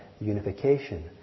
unification